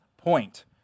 point